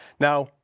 now,